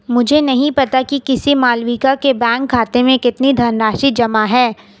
मुझे नही पता कि किसी मालविका के बैंक खाते में कितनी धनराशि जमा है